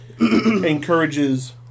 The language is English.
Encourages